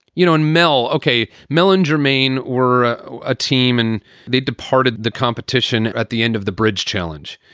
you know, in mel. okay. melanie germain were a team and they departed the competition at the end of the bridge challenge.